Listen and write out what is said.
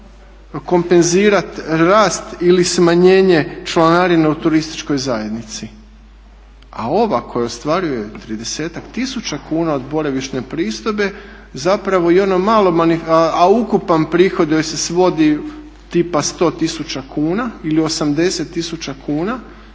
kompenzirati rast ili smanjenje članarine u turističkoj zajednici. A ova koja ostvaruje 30-ak tisuća kuna od boravišne pristojbe zapravo i ono malo, a ukupan prihod joj se svodi tipa 100 tisuća kuna ili 80 tisuća